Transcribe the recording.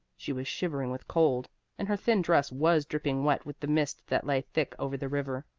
she was shivering with cold and her thin dress was dripping wet with the mist that lay thick over the river.